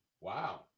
Wow